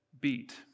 beat